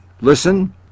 Listen